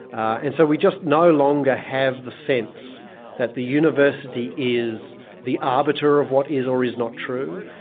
and so we just no longer have the sense that the university is the arbiter of what is or is not true,